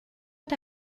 and